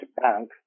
bank